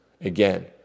Again